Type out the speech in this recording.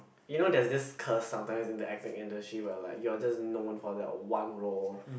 you know there is this curse sometimes in this acting industry where like you will just known for that one role